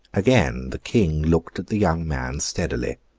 again the king looked at the young man steadily.